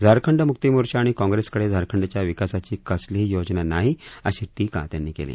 झारखंड मुक्तीमोर्चा अणि काँग्रेसकडे झारखंडच्या विकासाची कसलीही योजना नाही अशी टीका त्यांनी केली